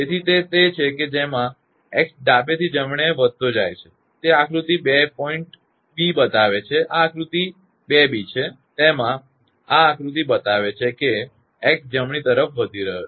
તેથી તે છે કે તેમાં x ડાબેથી જમણે વધતો જાય છે તે આકૃતિ 2 b બતાવે છે કે આ આકૃતિ 2 b છે તેમાં આ આકૃતિ બતાવે છે કે x જમણી તરફ વધી રહ્યો છે